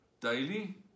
daily